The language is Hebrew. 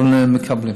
אבל מקבלים.